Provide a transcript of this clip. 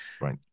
Right